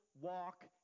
walk